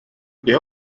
they